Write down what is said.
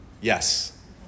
Yes